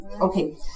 Okay